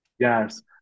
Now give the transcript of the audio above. Yes